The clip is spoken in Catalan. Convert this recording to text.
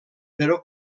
però